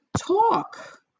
talk